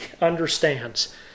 understands